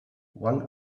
one